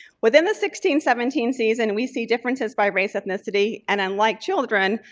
within the sixteen seventeen season we see differences by race ethnicity. and unlike children,